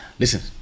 Listen